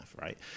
right